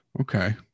Okay